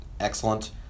excellent